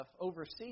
overseas